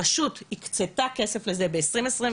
הרשות הקצתה כסך לזה ב-2023.